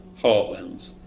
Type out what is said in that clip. heartlands